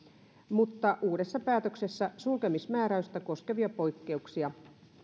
mutta uudessa päätöksessä sulkemismääräystä koskevia poikkeuksia